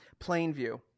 Plainview